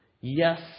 Yes